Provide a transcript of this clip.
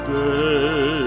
day